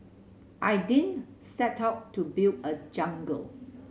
I ding set out to build a jungle